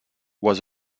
was